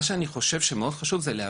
מה שאני חושב שמאוד חשוב זה לאבחן.